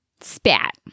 spat